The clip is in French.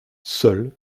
seul